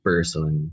person